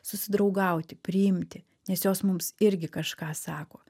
susidraugauti priimti nes jos mums irgi kažką sako